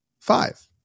Five